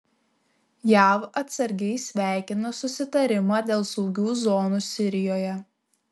jav atsargiai sveikina susitarimą dėl saugių zonų sirijoje